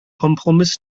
kompromiss